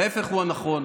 ההפך הוא הנכון.